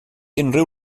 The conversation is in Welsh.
unrhyw